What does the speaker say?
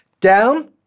Down